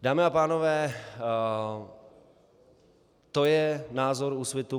Dámy a pánové, to je názor Úsvitu.